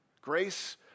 Grace